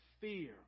fear